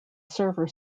server